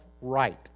right